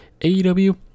AEW